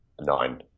nine